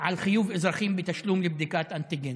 על חיוב אזרחים בתשלום לבדיקת אנטיגן.